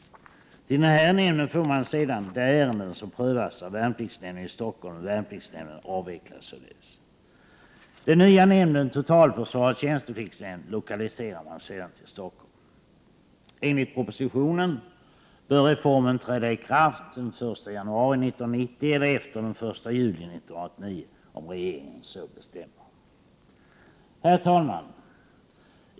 Till den nämnden för man sedan de ärenden som prövas av värnpliktsnämnden i Stockholm, och värnpliktsnämnden avvecklas således. Den nya nämnden =— totalförsvarets tjänstepliktsnämnd — lokaliserar man till Stockholm. Enligt propositionen bör reformen träda i kraft den 1 januari 1990, eller vid en tidigare tidpunkt efter den 1 juli 1989 om regeringen så bestämmer. Herr talman!